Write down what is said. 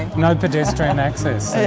no pedestrian access.